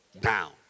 down